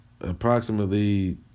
approximately